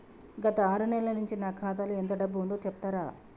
గత ఆరు నెలల నుంచి నా ఖాతా లో ఎంత డబ్బు ఉందో చెప్తరా?